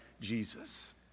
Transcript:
Jesus